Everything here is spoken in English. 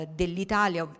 dell'Italia